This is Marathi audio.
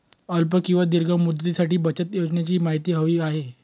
अल्प किंवा दीर्घ मुदतीसाठीच्या बचत योजनेची माहिती हवी आहे